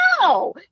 no